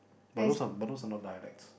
but those are those are not dialects